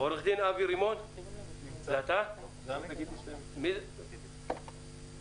עורך דין אבי רימון, בבקשה, אדוני.